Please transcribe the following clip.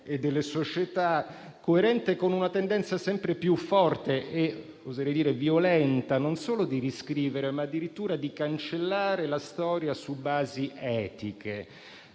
e delle società. Coerente con una tendenza sempre più forte e - oserei dire - violenta non solo di riscrivere, ma addirittura di cancellare la storia su basi etiche.